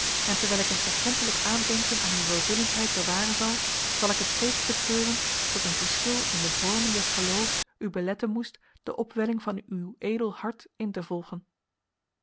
en terwijl ik een erkentelijk aandenken aan uw welwillendheid bewaren zal zal ik het steeds betreuren dat een verschil in de vormen des geloofs u beletten moest de opwelling van uw edel hart in te volgen